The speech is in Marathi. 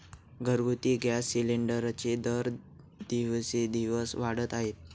घरगुती गॅस सिलिंडरचे दर दिवसेंदिवस वाढत आहेत